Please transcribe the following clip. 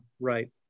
right